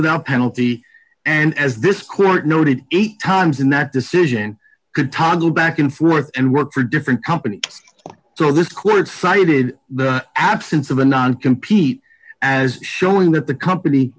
without penalty and as this court noted eight times in that decision could toggle back and forth and work for a different company so this could fight in the absence of a non compete as showing that the company